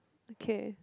okay